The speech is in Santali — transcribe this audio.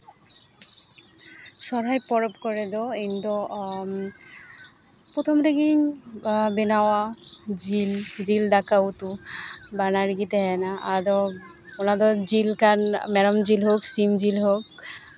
ᱥᱚᱨᱦᱟᱭ ᱯᱚᱨᱚᱵᱽ ᱠᱚᱨᱮ ᱫᱚ ᱤᱧ ᱫᱚ ᱯᱨᱚᱛᱷᱚᱢ ᱨᱮᱜᱤᱧ ᱵᱮᱱᱟᱣᱟ ᱡᱤᱞ ᱡᱤᱞ ᱫᱟᱠᱟ ᱩᱛᱩ ᱵᱟᱱᱟᱨ ᱜᱮ ᱛᱟᱦᱮᱱᱟ ᱟᱫᱚ ᱚᱱᱟ ᱫᱚ ᱡᱤᱞ ᱠᱟᱱ ᱢᱮᱨᱚᱢ ᱡᱤᱞ ᱦᱳᱠ ᱥᱤᱢ ᱡᱤᱞ ᱦᱳᱠ